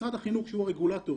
משרד החינוך שהוא הרגולטור,